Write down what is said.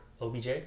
OBJ